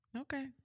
Okay